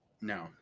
no